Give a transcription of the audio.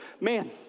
man